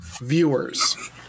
viewers